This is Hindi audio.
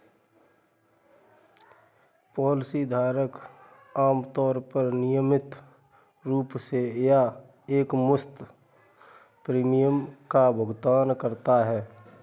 पॉलिसी धारक आमतौर पर नियमित रूप से या एकमुश्त प्रीमियम का भुगतान करता है